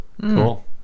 Cool